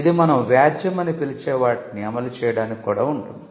ఇది మనం వ్యాజ్యం అని పిలిచే వాటిని అమలు చేయడానికి కూడా ఉంటుంది